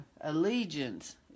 allegiance